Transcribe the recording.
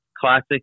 classic